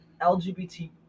LGBT